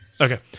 Okay